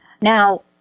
Now